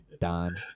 don